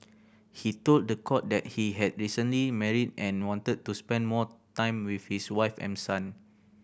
he told the court that he had recently married and wanted to spend more time with his wife and son